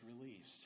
released